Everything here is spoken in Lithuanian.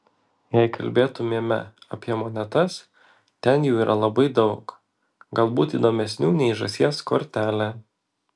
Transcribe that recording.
jei kalbėtumėme apie monetas ten jų yra labai daug galbūt įdomesnių nei žąsies kortelė